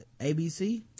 ABC